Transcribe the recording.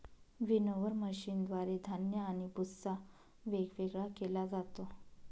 winnower मशीनद्वारे धान्य आणि भुस्सा वेगवेगळा केला जातो